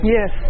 Yes